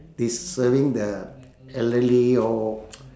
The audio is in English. this serving the elderly all